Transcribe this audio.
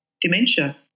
dementia